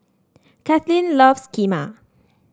Kathlyn loves Kheema